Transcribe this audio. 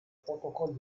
protokoll